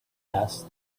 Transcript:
asked